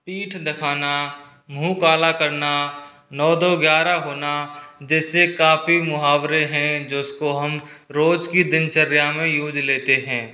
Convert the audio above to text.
पीठ दिखाना मुँह काला करना नौ दो ग्यारह होना जैसे काफ़ी मुहावरे हैं जिसको हम रोज की दिनचर्या में यूज लेते हैं